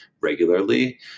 regularly